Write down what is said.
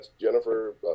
Jennifer